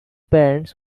parents